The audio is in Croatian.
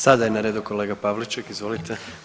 Sada je na redu kolega Pavliček, izvolite.